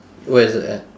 where is it at